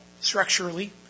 structurally